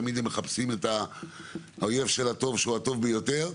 תמיד הם מחפשים את האויב של הטוב שהוא הטוב ביותר.